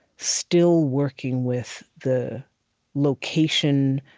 still working with the location,